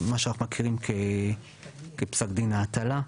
מה שאנחנו מכירים כפסק דין ההטלה,